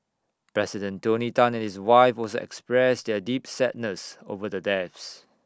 president tony Tan and his wife also expressed their deep sadness over the deaths